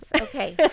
okay